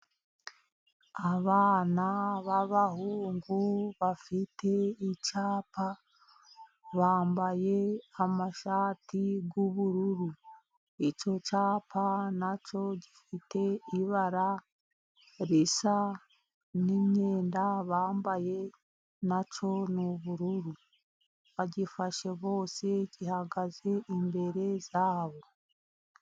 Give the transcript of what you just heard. Abana b'abahungu bafite icyapa, bambaye amashati y'ubururu. Icyo cyapa na cyo gifite ibara risa n'imyenda bambaye, na cyo ni ubururu. Bagifashe bose, gihagaze imbere yabo.